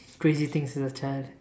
crazy things as a child